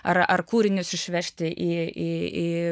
ar ar kūrinius išvežti į į į